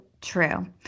true